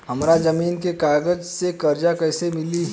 हमरा जमीन के कागज से कर्जा कैसे मिली?